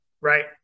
right